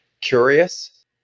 curious